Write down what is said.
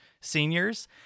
seniors